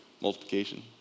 multiplication